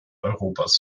europas